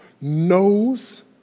knows